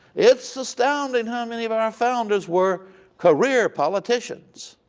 it s astounding how many of our founders were career politicians